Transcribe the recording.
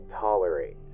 tolerate